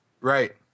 Right